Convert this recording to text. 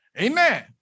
Amen